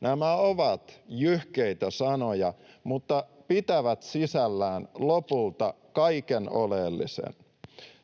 Nämä ovat jyhkeitä sanoja mutta pitävät sisällään lopulta kaiken oleellisen.